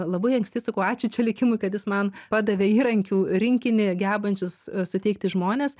labai anksti sakau ačiū čia likimui kad jis man padavė įrankių rinkinį gebančius suteikti žmones